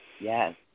Yes